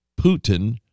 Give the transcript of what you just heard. Putin